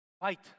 Fight